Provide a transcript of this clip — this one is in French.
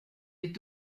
est